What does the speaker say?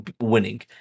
winning